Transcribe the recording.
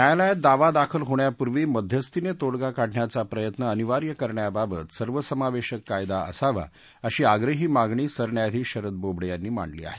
न्यायालयात दावा दाखल होण्यापूर्वी मध्यस्थीने तोडगा काढण्याचा प्रयत्न अनिवार्य करण्याबाबत सर्वसमावेशक कायदा असावा अशी आग्रही मागणी सरन्यायाधीश शरद बोबडे यांनी मांडली आहे